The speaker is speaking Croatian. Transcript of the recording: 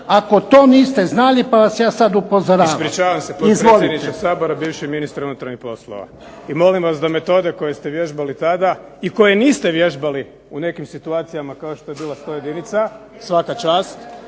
Ako to niste znali pa vas na to upozoravam. **Milanović, Zoran (SDP)** Ispričavam se potpredsjedniče SAbora viši ministre unutarnjih poslova. I molim vas da metode koje ste vježbali tada i koje niste vježbali u nekim situacijama kao što je bila 101 svaka čast